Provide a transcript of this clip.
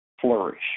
flourish